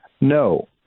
no